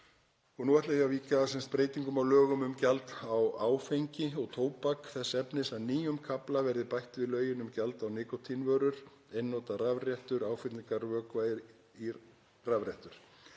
Og nú ætla ég að víkja að breytingum á lögum um gjald á áfengi og tóbak þess efnis að nýjum kafla verði bætt við lögin um gjald á nikótínvörur, einnota rafrettur og áfyllingarvökva í rafrettur.